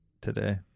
today